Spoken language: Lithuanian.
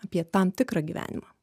apie tam tikrą gyvenimą